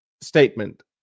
statement